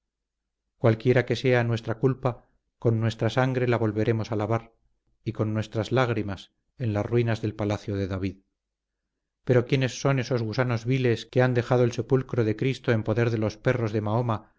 cualquiera que sea nuestra culpa con nuestra sangre la volveremos a lavar y con nuestras lágrimas en las ruinas del palacio de david pero quiénes son esos gusanos viles que han dejado el sepulcro de cristo en poder de los perros de mahoma